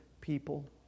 people